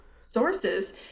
sources